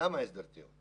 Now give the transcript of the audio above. למה הסדר טיעון.